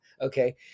okay